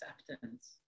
acceptance